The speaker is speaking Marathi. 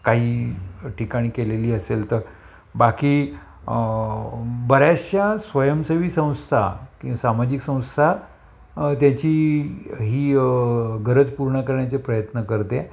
काही ठिकाणी केलेली असेल तर बाकी बऱ्याचशा स्वयंसवी संस्था किंवा सामाजिक संस्था त्याची ही गरज पूर्ण करण्याचे प्रयत्न करते